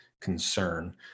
concern